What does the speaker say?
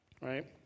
Right